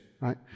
right